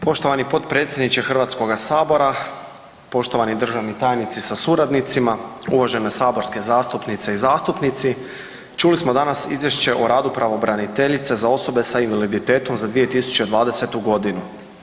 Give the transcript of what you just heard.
Poštovani potpredsjedniče Hrvatskoga sabora, poštovani državni tajnici sa suradnicima, uvažene saborske zastupnice i zastupnici, čuli smo danas Izvješće o radu pravobraniteljice za osobe sa invaliditetom za 2020. godinu.